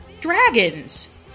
dragons